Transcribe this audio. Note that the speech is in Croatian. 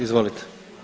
Izvolite.